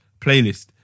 playlist